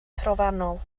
trofannol